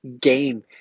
game